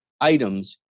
items